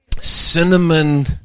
cinnamon